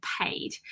paid